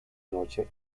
noche